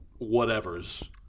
whatevers